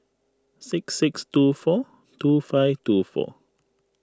six six two four two five two four